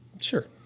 Sure